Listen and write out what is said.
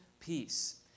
peace